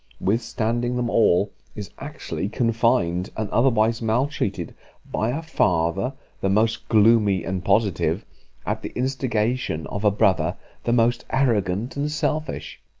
withstanding them all, is actually confined, and otherwise maltreated by a father the most gloomy and positive at the instigation of a brother the most arrogant and selfish.